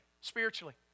spiritually